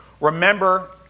Remember